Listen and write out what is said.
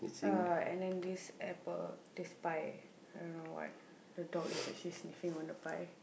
uh and then this apple this pie I don't know what the dog is actually sniffing on the pie